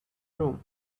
room